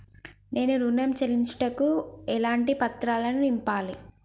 నేను ఋణం చెల్లించుటకు ఎలాంటి పత్రాలను నింపాలి?